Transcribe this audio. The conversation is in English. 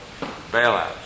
bailouts